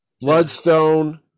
Bloodstone